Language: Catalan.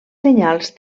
senyals